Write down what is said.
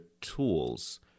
tools